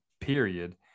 period